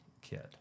kid